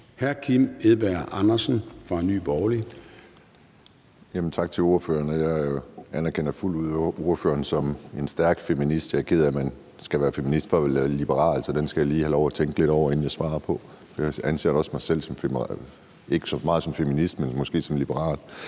Kim Edberg Andersen (NB): Tak til ordføreren. Jeg anerkender fuldt ud ordføreren som en stærk feminist. Jeg er ked af, at man skal være feminist for at være liberal, så den skal jeg lige have lov at tænke lidt over, inden jeg svarer. Jeg anser også mig selv måske ikke så meget som feminist, men da måske som liberal.